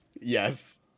Yes